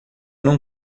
não